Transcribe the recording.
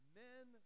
men